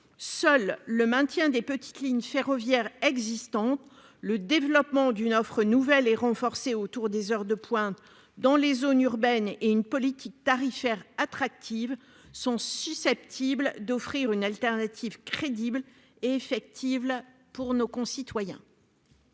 Seuls le maintien des petites lignes ferroviaires existantes, le développement d'une offre nouvelle et renforcée autour des heures de pointe dans les zones urbaines et une politique tarifaire attractive sont susceptibles d'offrir une solution de substitution crédible et effective à nos concitoyens.